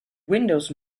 windows